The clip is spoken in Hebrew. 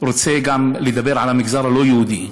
רוצה גם לדבר על המגזר הלא-יהודי.